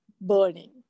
burning